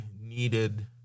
needed